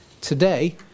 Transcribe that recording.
Today